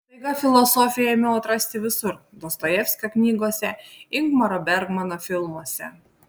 staiga filosofiją ėmiau atrasti visur dostojevskio knygose ingmaro bergmano filmuose